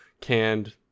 canned